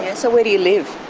yeah so where do you live?